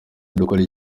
dukore